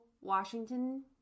Washington